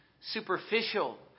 superficial